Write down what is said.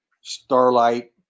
starlight